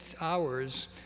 hours